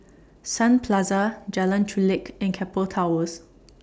Sun Plaza Jalan Chulek and Keppel Towers